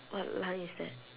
what line is that